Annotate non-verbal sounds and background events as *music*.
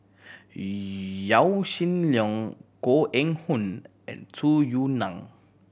*unintelligible* Yaw Shin Leong Koh Eng Hoon and Tung Yue Nang